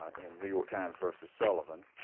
and new york times versus sullivan,